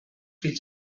fills